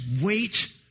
wait